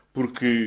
Porque